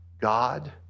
God